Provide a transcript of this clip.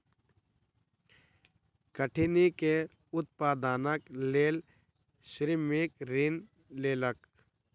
कठिनी के उत्पादनक लेल श्रमिक ऋण लेलक